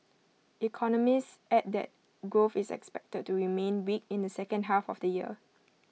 economists added that growth is expected to remain weak in the second half of the year